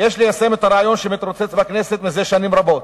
את הרעיון שמתרוצץ בכנסת זה שנים רבות